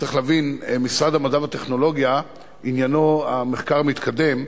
צריך להבין שמשרד המדע והטכנולוגיה עניינו המחקר המתקדם,